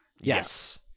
Yes